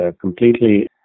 completely